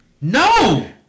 No